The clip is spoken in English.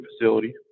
facility